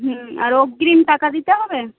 হুম আর অগ্রিম টাকা দিতে হবে